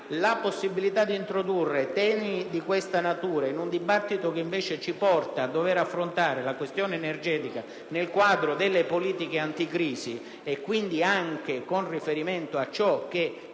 pericoloso introdurre temi di questa natura in un dibattito che invece ci porta a dover affrontare la questione energetica nel quadro delle politiche anticrisi e quindi anche con riferimento a ciò che